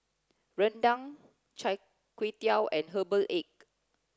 Rendang Chai Tow Kway and Herbal egg